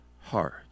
heart